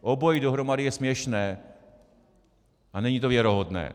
Obojí dohromady je směšné a není to věrohodné.